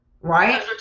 right